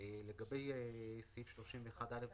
לגבי סעיף 31(א),